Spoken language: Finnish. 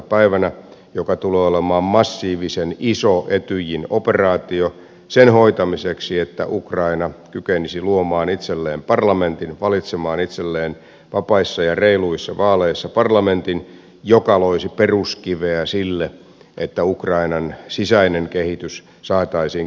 päivänä joka tulee olemaan massiivisen iso etyjin operaatio sen hoitamiseksi että ukraina kykenisi luomaan itselleen parlamentin valitsemaan itselleen vapaissa ja reiluissa vaaleissa parlamentin joka loisi peruskiveä sille että ukrainan sisäinen kehitys saataisiin kansanvaltaisesti liikkeelle